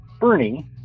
Bernie